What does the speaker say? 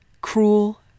cruel